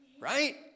right